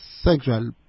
sexual